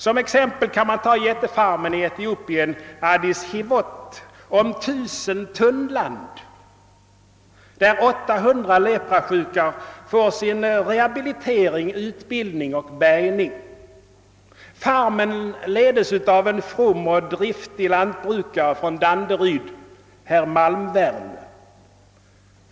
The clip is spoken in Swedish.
Som exempel kan nämnas jättefarmen i Etiopien, Addis Hiwot, om 19000 tunnland, där 800 leprasjuka får rehabilitering, utbildning och bärgning. Farmen leds av en from och driftig lantbrukare från Danderyd, herr Malmvärn.